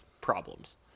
problems